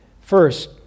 First